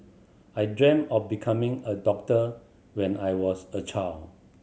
I dreamt of becoming a doctor when I was a child